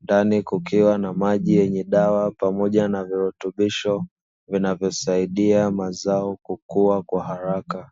ndani kukiwa na maji yenye dawa pamoja na virutubisho vinavyosaidia mazao kukua kwa haraka.